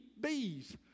bees